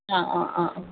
ആ ആ ആ ആ